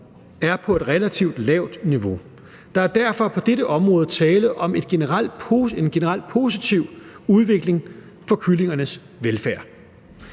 er på et relativt lavt niveau. Der er derfor på dette område tale om en generelt positiv udvikling i forhold til kyllingernes velfærd.